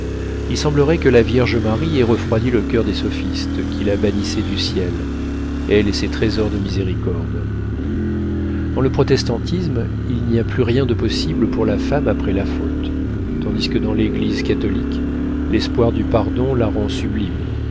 il semblerait que la vierge marie ait refroidi le coeur des sophistes qui la bannissaient du ciel elle et ses trésors de miséricorde dans le protestantisme il n'y a plus rien de possible pour la femme après la faute tandis que dans l'eglise catholique l'espoir du pardon la rend sublime